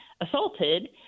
assaulted